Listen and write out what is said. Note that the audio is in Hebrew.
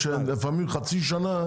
לפעמים חצי שנה,